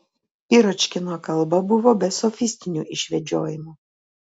piročkino kalba buvo be sofistinių išvedžiojimų